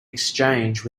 exchange